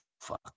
fuck